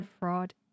fraud